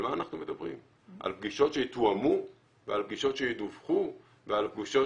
על פגישות שיתואמו ועל פגישות שידווחו ועל פגישות